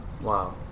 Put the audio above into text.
Wow